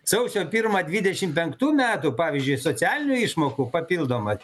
sausio pirmą dvidešimt penktų metų pavyzdžiui socialinių išmokų papildomai